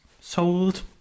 sold